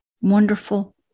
wonderful